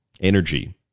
energy